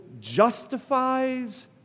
justifies